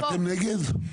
אתם נגד?